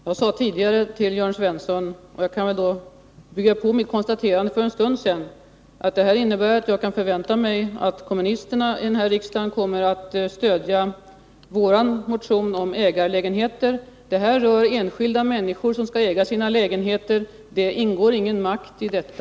Herr talman! Jag kan väl då bygga på det konstaterande jag gjorde för en stund sedan med att säga att jag förväntar mig att kommunisterna i riksdagen kommer att stödja vår motion om ägarlägenheter. Motionen gäller att enskilda människor skall äga sina lägenheter. Det ligger ingen makt i detta.